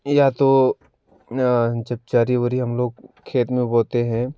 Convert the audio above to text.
या तो जब चरी उरी हम लोग खेत में बोते है